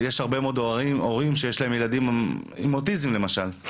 יש הרבה מאוד הורים שיש להם ילדים עם אוטיזם למשל,